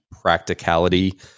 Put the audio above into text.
practicality